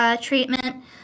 treatment